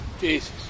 Jesus